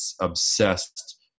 obsessed